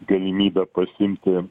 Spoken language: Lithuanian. galimybę pasiimti